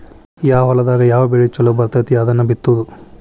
ಯಾವ ಹೊಲದಾಗ ಯಾವ ಬೆಳಿ ಚುಲೊ ಬರ್ತತಿ ಅದನ್ನ ಬಿತ್ತುದು